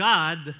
God